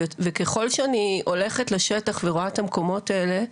וככל שאני הולכת לשטח ורואה את המקומות האלה,